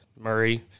Murray